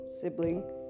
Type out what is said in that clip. sibling